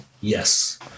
Yes